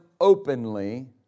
openly